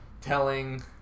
telling